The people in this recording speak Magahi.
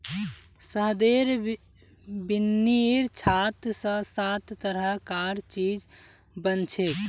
शहदेर बिन्नीर छात स सात तरह कार चीज बनछेक